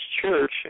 church